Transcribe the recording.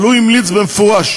אבל הוא המליץ במפורש